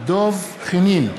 דב חנין,